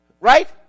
right